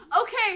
Okay